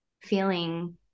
feeling